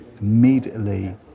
immediately